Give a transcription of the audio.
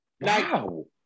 wow